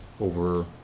over